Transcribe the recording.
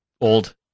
old